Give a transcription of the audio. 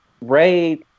Ray